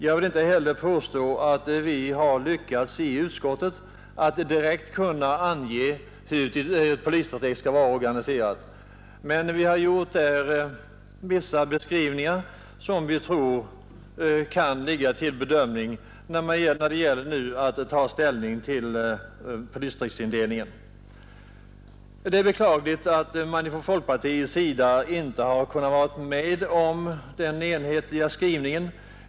Jag vill heller inte påstå att vi har lyckats i utskottet att direkt ange hur ett polisdistrikt skall vara organiserat. Men vi har gjort vissa beskrivningar, vilka vi tror kan ligga till grund för en bedömning när det gäller polisdistriktsindelningen. Det är beklagligt att folkpartiet inte har kunnat vara med om den i Övrigt enhetliga skrivningen.